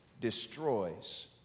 destroys